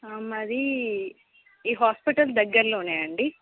మరీ ఈ హాస్పిటల్ దగ్గర్లోనే అండీ